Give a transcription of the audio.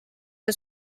see